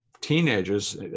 teenagers